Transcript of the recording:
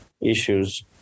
issues